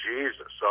Jesus